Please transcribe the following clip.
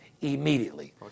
immediately